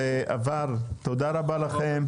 תודה רבה לכם.